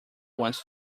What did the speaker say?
wants